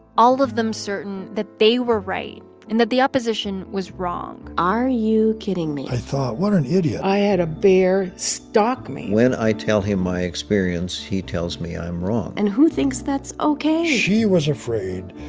all of them certain that they were right and that the opposition was wrong are you kidding me? i thought, what an idiot i had a bear stalk me when i tell him my experience, he tells me i'm wrong and who thinks that's ok? she was afraid,